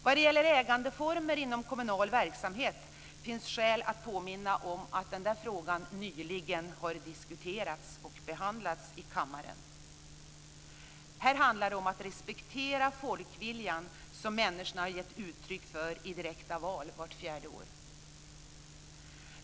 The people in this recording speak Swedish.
När det gäller ägandeformer inom kommunal verksamhet finns skäl att påminna om att denna fråga nyligen har diskuterats och behandlats i kammaren. Här handlar det om att respektera den folkvilja som människor ger uttryck för i direkta val vart fjärde år.